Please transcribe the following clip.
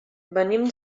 venim